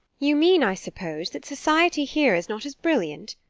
you mean, i suppose, that society here is not as brilliant?